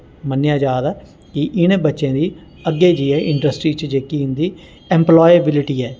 मन्नेआ जा दा ऐ कि इनें बच्चें दी अग्गें जेइयै इंडस्टी च जेह्की इं'दी इंपलाएबिल्टी ऐ